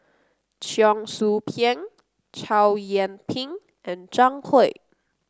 Cheong Soo Pieng Chow Yian Ping and Zhang Hui